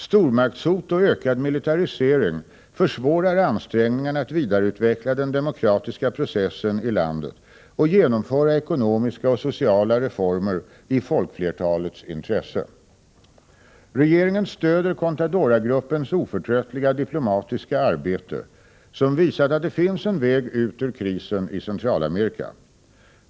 Stormaktshot och ökad militarisering försvårar ansträngningarna att vidareutveckla den demokratiska processen i landet och genomföra ekonomiska och sociala reformer i folkflertalets intresse. Regeringen stöder Contadora-gruppens oförtröttliga diplomatiska arbete som visat att det finns en väg ut ur krisen i Centralamerika.